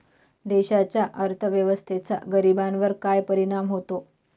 देशाच्या अर्थव्यवस्थेचा गरीबांवर काय परिणाम होतो